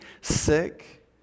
sick